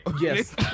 Yes